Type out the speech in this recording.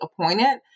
appointed